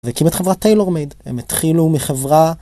והקים את חברת טיילור מייד, הם התחילו מחברה...